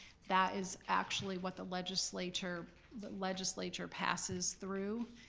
that is actually what the legislature legislature passes through.